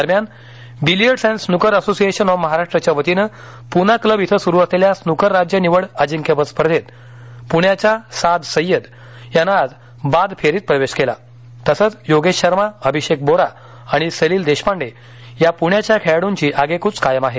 दरम्यान billiards and snooker association of महाराष्ट्रच्या वतीनं पुना क्लब इथं सुरू असलेल्या स्नुकर राज्य निवड अजिंक्यपद स्पर्धेत पुण्याच्या साद सय्यद यानं आज बाद फेरीत प्रवेश केला तसंच योगेश शर्मा अभिषेक बोरा आणि सलील देशपांडे या पुण्याच्या खेळाड्ंची आगेक्च कायम आहे